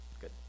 Good